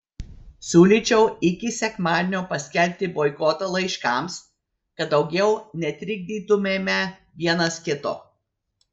siūlyčiau iki sekmadienio paskelbti boikotą laiškams kad daugiau netrikdytumėme vienas kito